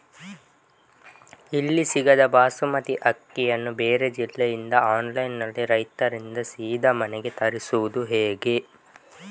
ಇಲ್ಲಿ ಸಿಗದ ಬಾಸುಮತಿ ಅಕ್ಕಿಯನ್ನು ಬೇರೆ ಜಿಲ್ಲೆ ಇಂದ ಆನ್ಲೈನ್ನಲ್ಲಿ ರೈತರಿಂದ ಸೀದಾ ಮನೆಗೆ ತರಿಸುವುದು ಹೇಗೆ?